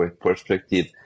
perspective